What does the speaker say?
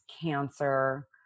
cancer